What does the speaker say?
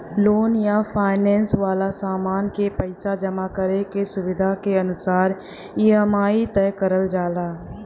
loan या finance वाला सामान क पइसा जमा करे क सुविधा के अनुसार ई.एम.आई तय करल जाला